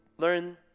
Learn